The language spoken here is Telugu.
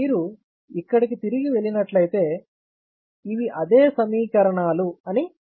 మీరు ఇక్కడికి తిరిగి వెళ్లినట్లయితే ఇవి అదే సమీకరణాలు అని గమనించవచ్చు